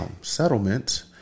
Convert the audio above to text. settlement